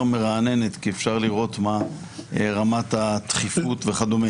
מרעננת כי אפשר לראות מה רמת הדחיפות וכדומה.